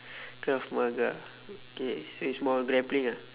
krav maga okay so it's more grappling ah